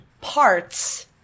parts